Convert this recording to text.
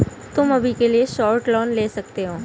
तुम अभी के लिए शॉर्ट लोन ले सकते हो